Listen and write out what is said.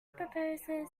proposes